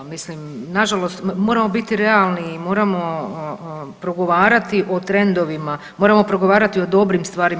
Mislim na žalost moramo biti realni i moramo progovarati o trendovima, moramo progovarati o dobrim stvarima.